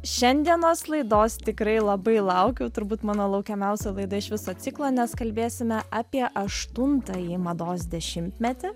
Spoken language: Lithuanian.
šiandienos laidos tikrai labai laukiau turbūt mano laukiamiausia laida iš viso ciklo nes kalbėsime apie aštuntąjį mados dešimtmetį